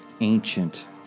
ancient